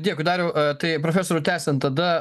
diekui dariau tai profesoriau tęsiant tada